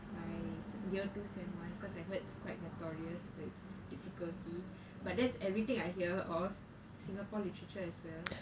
my year two semester one because I heard it's quite notorious for it's difficulty but that's everything I hear of singapore literature as well